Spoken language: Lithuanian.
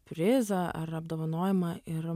prizą ar apdovanojimą ir